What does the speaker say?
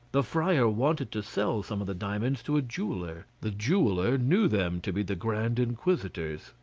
the friar wanted to sell some of the diamonds to a jeweller the jeweller knew them to be the grand inquisitor's.